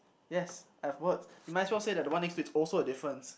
yes I've worked you might as well say the one next to you is also a difference